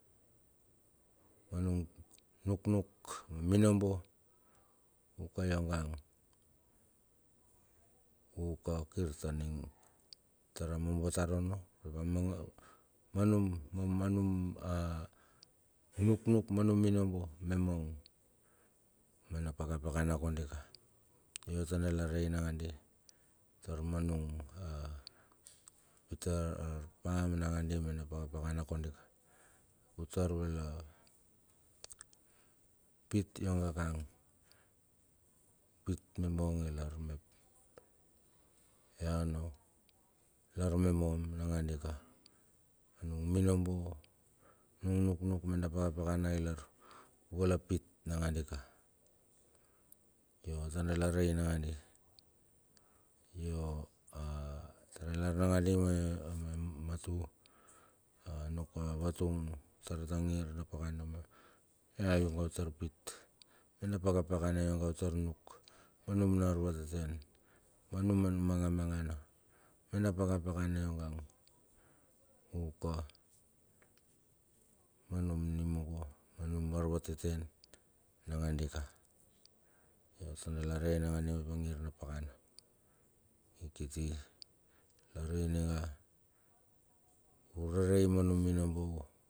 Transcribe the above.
Ma nung nuknuk a minobo uka yongang, uka kirta ning tara mombo tar onno manga manum manum a nuknuk manum minobo me mong me na pakapana kondi ka. Yo tar dala rei nangadi tar ma nung a ta a pa me nangandi me na pakapakana kondika. Uter vala pit yong ekang upit me mong ilar mep ya onno lar me mong nagandika nung minobo nuknuk me na pakapakana ilar u vala pit nangadika yo tar dala rei nangandi, yo a tar a lar nangandi ma matu anuk a valung tar ta ngir na pakana atar pit mena pakapakana yonge utar nuk ma num na arvateten ma num manga mangana me na pakapakana yongang uka ma num nimugo ma num arvateten nagandika. Tar lare nangandi mep angir na pakana kiti lar ing niga ure rei ma num minobo.